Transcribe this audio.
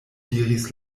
diris